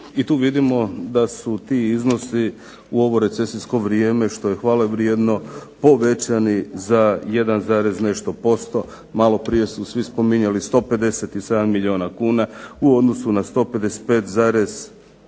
I tu vidimo da su ti iznosi u ovo recesijsko vrijeme, što je hvalevrijedno povećani za jedan zarez nešto posto, maloprije su svi spominjali 157 milijuna kuna u odnosu na 155,9